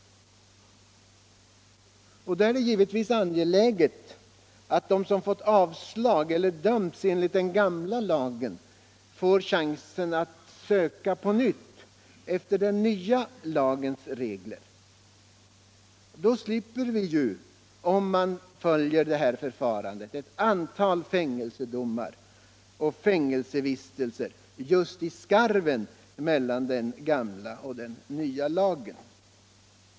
Och då är det givetvis angeläget att de som fått avslag eller dömts enligt den gamla lagen får chansen att söka på nytt efter den nya lagens regler. Om man tillämpar det här förfarandet slipper vi ett antal fängelsedomar och fängelsevistelser just i skarven mellan den gamla och nya lagen.